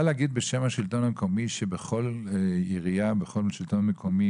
להגיד בשם השלטון המקומי שבכל עירייה ובכל שלטון מקומי,